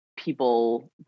People